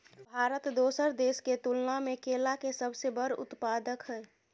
भारत दोसर देश के तुलना में केला के सबसे बड़ उत्पादक हय